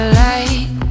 light